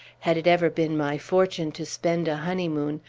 had it ever been my fortune to spend a honeymoon,